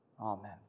Amen